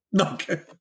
Okay